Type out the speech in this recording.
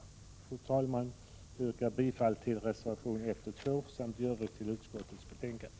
Fru talman! Jag yrkar bifall till reservationerna 1 och 2 samt i övrigt till utskottets förslag.